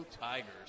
Tigers